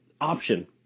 option